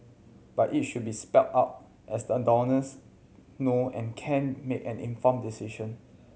but it should be spelled out as that donors know and can make an informed decision